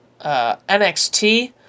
NXT